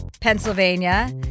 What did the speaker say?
Pennsylvania